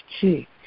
cheek